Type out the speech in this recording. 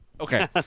Okay